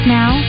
now